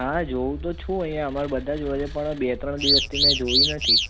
હાં જોઉ તો છું અહીં અમાર બધાં જુએ છે પણ બે ત્રણ દિવસથી મેં જોઈ નથી